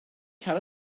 cut